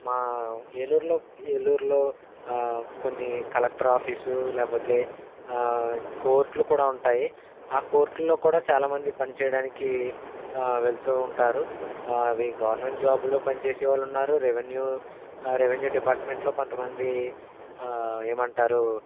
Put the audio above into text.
మా ఏలూరులో ఏలూరులో కొన్ని కలెక్టర్ ఆఫీసు లేపోతే కోర్ట్లు కూడా ఉంటాయి కోర్టుల్లో కూడా చాలామంది పని చేయడానికి వెళుతూ ఉంటారు అవి గవర్నమెంట్ జాబుల్లో పని చేసే వాళ్ళు ఉన్నారు రెవెన్యూ రెవెన్యూ డిపార్ట్మెంట్లో కొంత మంది ఏమంటారు